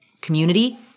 community